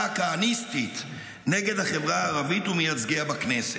הכהניסטית נגד החברה הערבית ומייצגיה בכנסת,